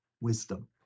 wisdom